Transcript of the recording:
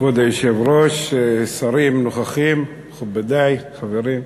כבוד היושב-ראש, שרים נוכחים, מכובדי, חברים,